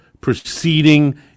proceeding